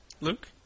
Luke